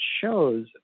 shows